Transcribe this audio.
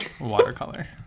watercolor